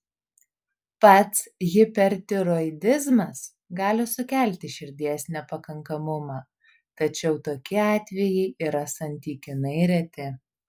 pats hipertiroidizmas gali sukelti širdies nepakankamumą tačiau tokie atvejai yra santykinai reti